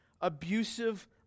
abusive